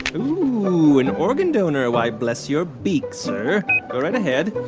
ooh, an organ donor. why, bless your beak, sir. go right ahead.